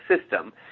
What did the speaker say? system